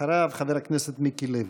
אחריו, חבר הכנסת מיקי לוי.